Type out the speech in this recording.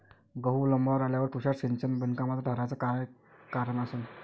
गहू लोम्बावर आल्यावर तुषार सिंचन बिनकामाचं ठराचं कारन का असन?